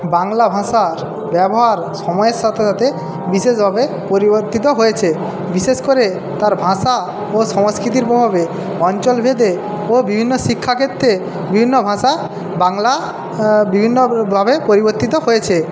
বাংলা ভাষার ব্যবহার সময়ের সাথে সাথে বিশেষভাবে পরিবর্তিত হয়েছে বিশেষ করে তার ভাষা ও সংস্কৃতির প্রভাবে অঞ্চলভেদে ও বিভিন্ন শিক্ষাক্ষেত্রে বিভিন্ন ভাষা বাংলা বিভিন্নভাবে পরিবর্তিত হয়েছে